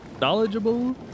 knowledgeable